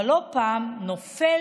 אבל לא פעם נופל